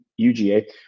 UGA